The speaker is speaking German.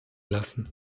lassen